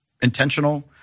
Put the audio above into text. intentional